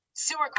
Sewer